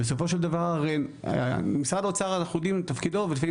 אנחנו יודעים הרי מה תפקידו של משרד האוצר ולפעמים